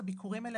בביקורים האלה,